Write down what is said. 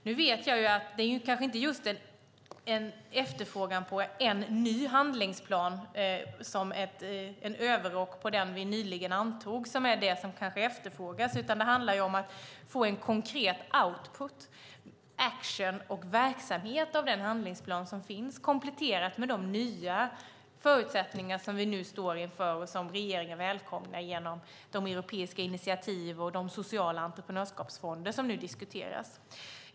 Nu vet jag att det kanske inte är just en ny handlingsplan som en överrock på den vi nyligen antog som efterfrågas, utan det handlar om att få konkret output, action och verksamhet av den handlingsplan som finns, kompletterat med de nya förutsättningar som vi nu står inför och som regeringen välkomnar genom de europeiska initiativ och de sociala entreprenörskapsfonder som nu diskuteras.